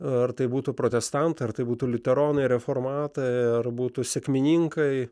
ar tai būtų protestantai ar tai būtų liuteronai reformatai ar būtų sekmininkai